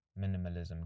minimalism